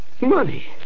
Money